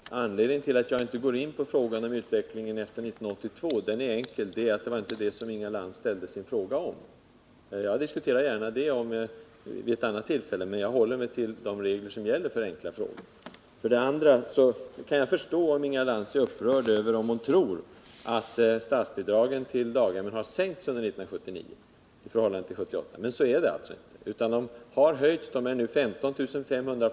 Herr talman! Anledningen till att jag inte går in på frågan om utvecklingen efter 1982 är enkel: det var inte om detta som Inga Lantz ställde sin fråga. Jag diskuterar gärna denna fråga vid ett annat tillfälle, men jag håller mig till de regler som gäller för enkla frågor. Jag kan förstå att Inga Lantz är upprörd om hon tror att statsbidragen till daghemmen har sänkts under 1979 i förhållande till 1978, men så är det inte. De har höjts och är nu 15 500 kr.